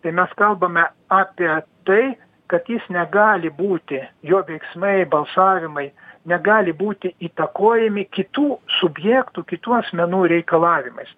tai mes kalbame apie tai kad jis negali būti jo veiksmai balsavimai negali būti įtakojami kitų subjektų kitų asmenų reikalavimais